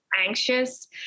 anxious